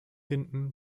hinten